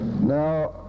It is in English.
Now